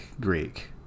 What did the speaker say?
Greek